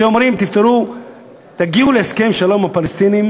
ואומרות: תגיעו להסכם שלום עם הפלסטינים,